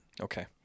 Okay